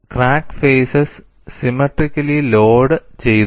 crack faces symmetrically load ചെയ്തു